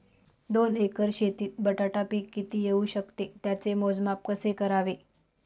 दोन एकर शेतीत बटाटा पीक किती येवू शकते? त्याचे मोजमाप कसे करावे?